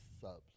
subs